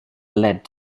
led